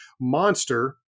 monster